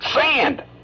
Sand